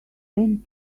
then